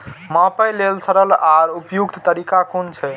मापे लेल सरल आर उपयुक्त तरीका कुन छै?